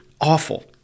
Awful